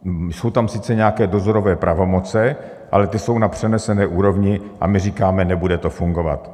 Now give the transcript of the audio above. Jsou tam sice nějaké dozorové pravomoce, ale ty jsou na přenesené úrovni a my říkáme: Nebude to fungovat.